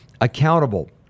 accountable